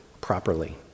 properly